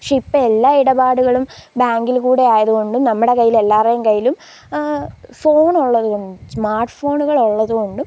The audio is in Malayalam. പക്ഷെ ഇപ്പോൾ എല്ലാ ഇടപാടുകളും ബാങ്കിൽ കൂടി ആയതു കൊണ്ടും നമ്മുടെ കയ്യിലെല്ലാവരുടെയും കയ്യിലും ഫോണുള്ളത് കൊണ്ട് സ്മാർട്ട് ഫോണുകളുള്ളത് കൊണ്ടും